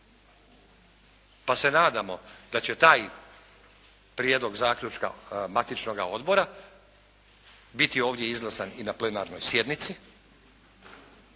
Pa se nadamo da će taj prijedlog zaključka matičnoga odbora biti ovdje izglasan i na plenarnoj sjednici,